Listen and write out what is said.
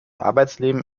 arbeitsleben